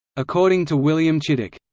according to william chittick,